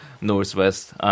northwest